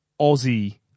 Aussie